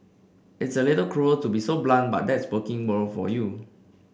it's a little cruel to be so blunt but that's working world for you